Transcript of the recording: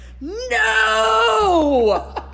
no